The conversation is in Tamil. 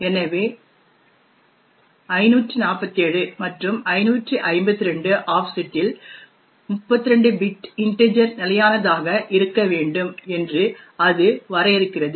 எனவே 547 மற்றும் 552 ஆஃப்செட்டில் 32 பிட் இன்டிஜர் நிலையானதாக இருக்க வேண்டும் என்று அது வரையறுக்கிறது